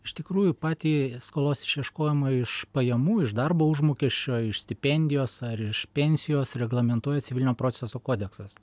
iš tikrųjų patį skolos išieškojimą iš pajamų iš darbo užmokesčio iš stipendijos ar iš pensijos reglamentuoja civilinio proceso kodeksas